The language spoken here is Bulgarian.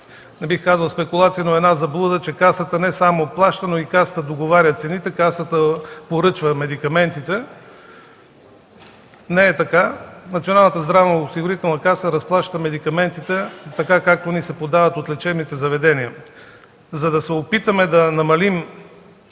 не бих казал спекулация, но една заблуда, че Касата не само плаща, но и договаря цени, Касата поръчва медикаментите. Не е така. Националната здравноосигурителна каса разплаща медикаментите така, както се подават от лечебните заведения. За да се опитаме да намалим